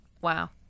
wow